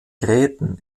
gräten